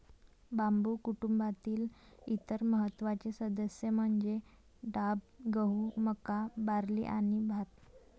बांबू कुटुंबातील इतर महत्त्वाचे सदस्य म्हणजे डाब, गहू, मका, बार्ली आणि भात